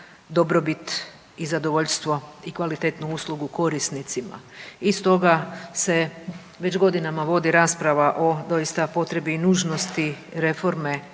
dobrobit i zadovoljstvo i kvalitetnu uslugu korisnicima. I stoga se već godinama vodi rasprava o doista potrebi i nužnosti reforme